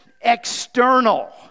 external